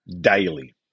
daily